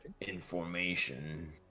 information